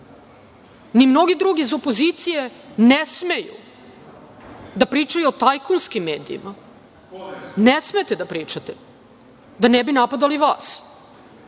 ni mnogi drugi iz opozicije ne smeju da pričaju o tajkunskim medijima. Ne smete da pričate, da ne bi napadali vas,